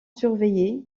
surveillée